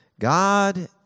God